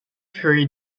prix